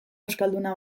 euskalduna